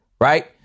Right